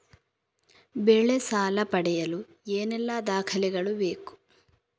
ಬೆಳೆ ಸಾಲ ಪಡೆಯಲು ಏನೆಲ್ಲಾ ದಾಖಲೆಗಳು ಬೇಕು?